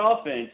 offense